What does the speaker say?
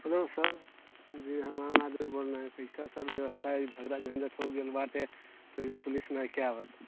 hello sir जी हाँ हम आम आदमी बोल रहे हैं सर ई बेबस्था ई झगड़ा झंझटि हो गेल बाटे तैओ पुलिस नइखे आबत